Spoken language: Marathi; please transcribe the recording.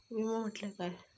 विमा म्हटल्या काय?